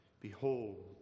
Behold